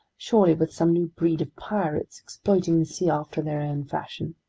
surely with some new breed of pirates, exploiting the sea after their own fashion.